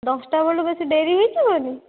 ଦଶଟା ବେଳୁ ବେଶୀ ଡେରି ହୋଇଯିବନି